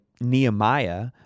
Nehemiah